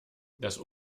das